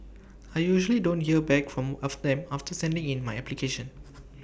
I usually don't hear back from them after sending in my application